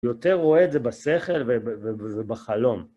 יותר רואה את זה בשכל ובחלום.